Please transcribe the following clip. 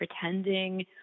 pretending